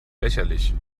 lächerlich